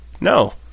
No